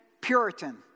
Puritan